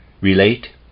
relate